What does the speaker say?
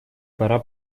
пора